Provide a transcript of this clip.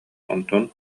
онтон